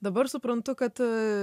dabar suprantu kad